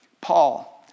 Paul